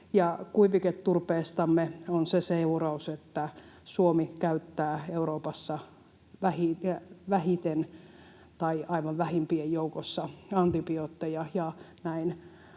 Kuiviketurpeestamme on se seuraus, että Suomi käyttää Euroopassa vähiten tai aivan vähimpien joukossa antibiootteja,